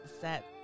set